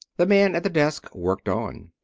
the man at the desk worked on.